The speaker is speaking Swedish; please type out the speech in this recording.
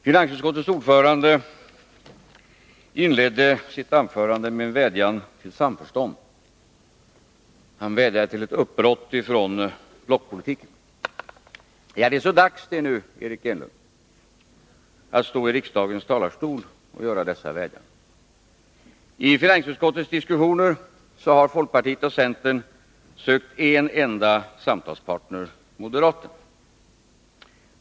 Herr talman! Finansutskottets ordförande inledde sitt anförande med en vädjan om samförstånd. Han vädjade om ett uppbrott från blockpolitiken. Ja, det är så dags, Eric Enlund, att stå i riksdagens talarstol och göra dessa vädjanden! I finansutskottets diskussioner har folkpartiet och centern sökt en enda samtalspartner — moderaterna.